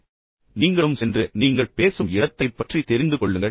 எனவே நீங்களும் சென்று நீங்கள் பேசும் இடத்தைப் பற்றி தெரிந்துகொள்ளுங்கள்